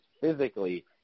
physically –